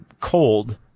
cold